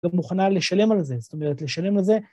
אגב מוכנה לשלם על זה, זאת אומרת, לשלם על זה.